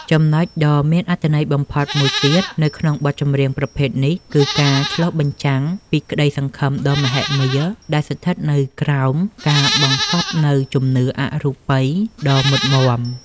ចំណុចដ៏មានអត្ថន័យបំផុតមួយទៀតនៅក្នុងបទចម្រៀងប្រភេទនេះ គឺការឆ្លុះបញ្ចាំងពីក្តីសង្ឃឹមដ៏មហិមាដែលស្ថិតនៅក្រោមការបង្កប់នូវជំនឿអរូបីដ៏មុតមាំ។